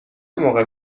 موقع